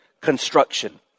construction